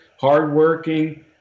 hardworking